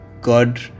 God